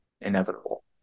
inevitable